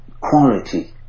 quality